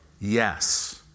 Yes